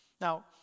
Now